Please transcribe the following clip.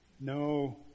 No